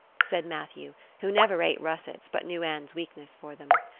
said matthew, who never ate russets but knew anne's weakness for them.